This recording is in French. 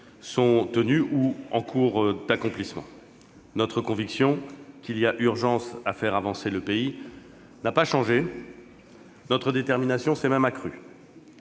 sont tenus ou en cours d'accomplissement. Notre conviction qu'il y a urgence à faire avancer le pays n'a pas changé. Notre détermination s'est même accrue.